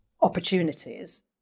opportunities